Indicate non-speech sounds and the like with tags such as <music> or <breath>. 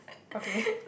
okay <breath>